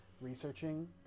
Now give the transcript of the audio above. researching